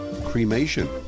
Cremation